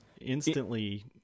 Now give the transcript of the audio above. instantly